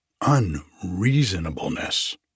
unreasonableness